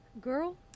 Girl